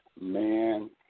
Man